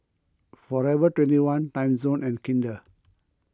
forever twenty one Timezone and Kinder